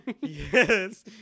yes